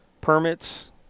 permits